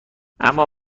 اما